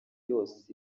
yose